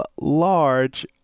large